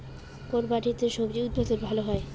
কোন মাটিতে স্বজি উৎপাদন ভালো হয়?